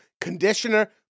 conditioner